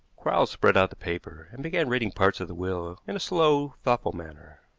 quarles spread out the paper, and began reading parts of the will in a slow, thoughtful manner.